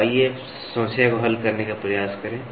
तो आइए समस्या को हल करने का प्रयास करें